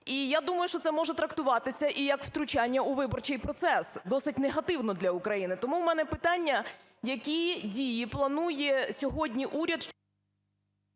І я думаю, що це може трактуватися і як втручання у виборчий процес досить негативно для України. Тому у мене питання: які дії планує сьогодні уряд…